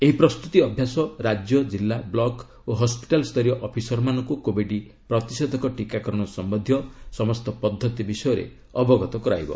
ଏହି ପ୍ରସ୍ତୁତି ଅଭ୍ୟାସ ରାଜ୍ୟ ଜିଲ୍ଲା ବ୍ଲକ୍ ଓ ହସ୍କିଟାଲ୍ସରୀୟ ଅଫିସରମାନଙ୍କ କୋବିଡ୍ ପ୍ରତିଷେଧକ ଟୀକାକରଣ ସମ୍ଭନ୍ଧୀୟ ସମସ୍ତ ପଦ୍ଧତି ବିଷୟରେ ଅବଗତ କରାଇବା